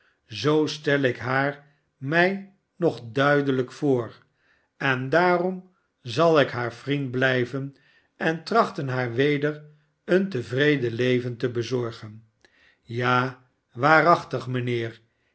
zoo stel ik haar mij nog duidelijk voor en daarom zal ik haar vriend blijven en trachten haar weder een tevreden leven te bezorgen ja waarachtig mijnheer